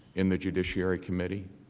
in the judiciary committee?